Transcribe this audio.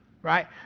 right